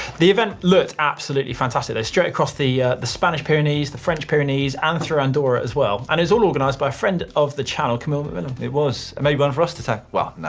the event looked absolutely fantastic. they stray across the the spanish pyrenees, the french pyrenees, and through andorra as well, and it's all organized by friend of the channel, camille mcmillan. it was, and maybe one for us to tackle. well, no,